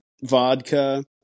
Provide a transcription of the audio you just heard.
vodka